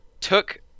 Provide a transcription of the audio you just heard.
took